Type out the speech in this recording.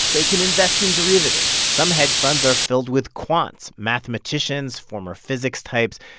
they can invest in derivatives some hedge funds are filled with quants mathematicians, former physics types.